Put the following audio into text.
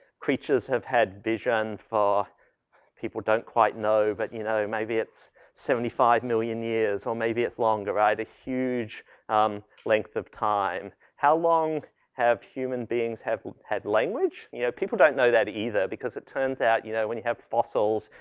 creatures have had vision for people don't quite know but you know, maybe it's seventy five million years or maybe it's longer, right? a huge um length of time. how long have human beings have had language? you know people don't know that either because it turns out you know, when you have fossils,